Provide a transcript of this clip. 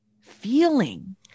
feeling